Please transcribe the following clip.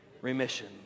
remission